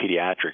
Pediatrics